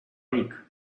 ric